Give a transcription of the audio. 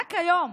רק היום,